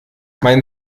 mein